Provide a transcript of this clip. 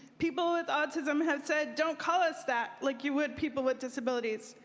people with autism have said don't call us that, like you would people with disabilities.